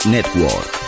Network